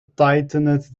tightened